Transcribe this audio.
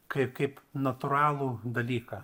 kaip kaip natūralų dalyką